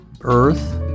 earth